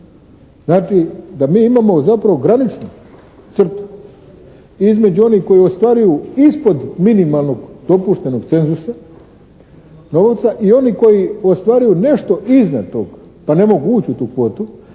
Znači, da imamo zapravo graničnu crtu između onih koji ostvaruju ispod minimalnog dopuštenog cenzusa novca i oni koji ostvaruju nešto iznad tog pa ne mogu uć' u tu kvotu.